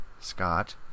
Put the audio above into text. Scott